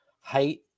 height